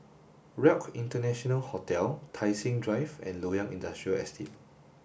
Relc International Hotel Tai Seng Drive and Loyang Industrial Estate